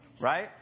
right